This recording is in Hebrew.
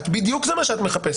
בדיוק זה מה שאת מחפשת,